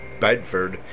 Bedford